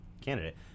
candidate